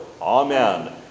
Amen